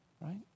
right